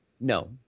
No